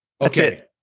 Okay